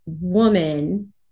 Woman